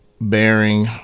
bearing